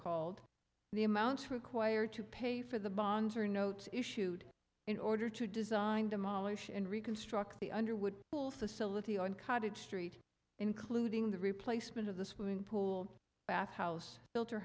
called the amounts required to pay for the bonds are notes issued in order to design demolish and reconstruct the underwood pool facility on cottage street including the replacement of the swimming pool bath house builder